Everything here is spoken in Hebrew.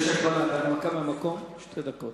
בהנמקה מהמקום יש שתי דקות.